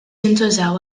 jintużaw